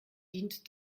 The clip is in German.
dient